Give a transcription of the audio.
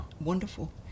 wonderful